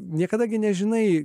niekada nežinai